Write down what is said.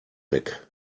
weg